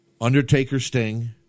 Undertaker-Sting